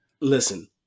listen